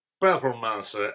performance